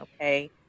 okay